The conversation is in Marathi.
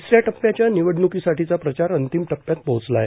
तिसऱ्या टप्प्याच्या निवडण्कीसाठीचा प्रचार अंतिम टप्प्यात पोहचला आहे